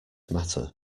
matter